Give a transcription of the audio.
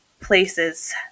places